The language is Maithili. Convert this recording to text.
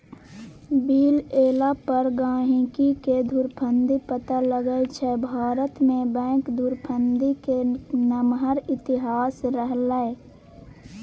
बिल एला पर गहिंकीकेँ धुरफंदी पता लगै छै भारतमे बैंक धुरफंदीक नमहर इतिहास रहलै यै